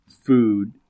food